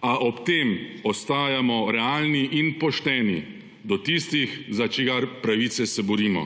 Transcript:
A ob tem ostajamo realni in pošteni do tistih, za katerih pravice se borimo.